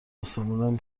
اسمونم